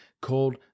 called